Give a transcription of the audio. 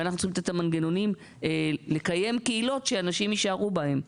ואנחנו צריכים לתת את המנגנונים לקיים קהילות שאנשים יישארו בהן.